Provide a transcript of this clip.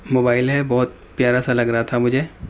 mobile ہے بہت پیارا سا لگ رہا تھا مجھے